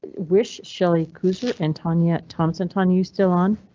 wish shelly kooser antonya thompsontown you still on.